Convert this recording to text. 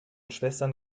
schwestern